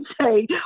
say